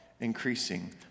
increasing